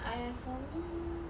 !haiya! for me